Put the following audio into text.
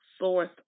source